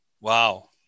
Wow